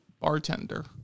bartender